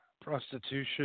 prostitution